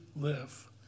live